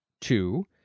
two